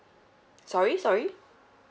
sorry sorry